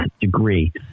degree